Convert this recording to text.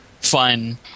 fun